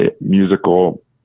musical